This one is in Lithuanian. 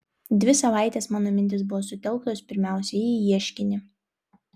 dvi savaitės mano mintys buvo sutelktos pirmiausia į ieškinį